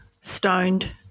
stoned